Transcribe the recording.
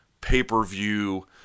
pay-per-view